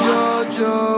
Jojo